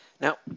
Now